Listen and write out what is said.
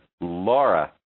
Laura